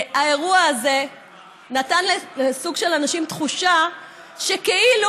האירוע הזה נתן לסוג של אנשים תחושה שכאילו